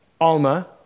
Alma